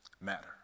matter